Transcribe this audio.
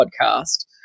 podcast